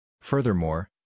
Furthermore